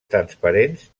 transparents